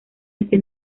ese